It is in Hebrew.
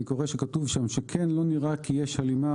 אני מקווה שכתוב שם שכן לא נראה שיש הלימה